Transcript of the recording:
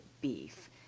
beef